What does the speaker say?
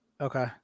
Okay